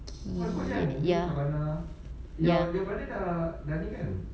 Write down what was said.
ya ya